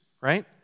right